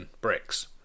bricks